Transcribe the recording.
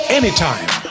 anytime